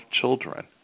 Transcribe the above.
children